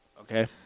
Okay